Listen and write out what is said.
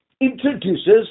introduces